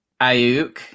Ayuk